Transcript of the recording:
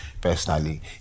personally